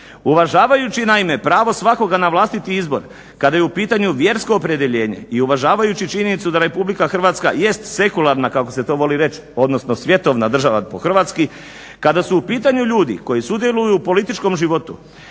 uvažavajući naime pravo svakoga na vlastiti izbor kada je u pitanju vjersko opredjeljenje i uvažavajući činjenicu da Republika Hrvatska jest sekularna kako se to voli reći, odnosno svjetovna država po hrvatski, kada su u pitanju ljudi koji sudjeluju u političkom životu